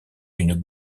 une